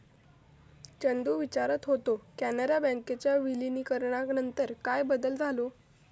चंदू विचारत होतो, कॅनरा बँकेच्या विलीनीकरणानंतर काय बदल झालो?